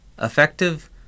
effective